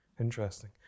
Interesting